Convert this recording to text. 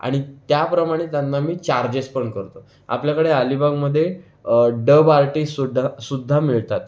आणि त्याप्रमाणे त्यांना मी चार्जेस पण करतो आपल्याकडे अलिबागमध्ये डब आर्टिस्टसुद्धा सुद्धा मिळतात